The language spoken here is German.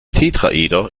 tetraeder